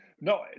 No